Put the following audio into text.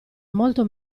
molto